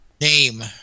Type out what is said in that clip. name